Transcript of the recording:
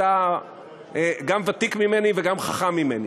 אתה גם ותיק ממני וגם חכם ממני,